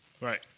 Right